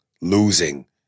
losing